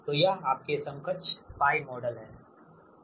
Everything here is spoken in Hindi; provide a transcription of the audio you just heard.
तो यह आपके समकक्ष π मॉडल है